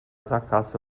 sackgasse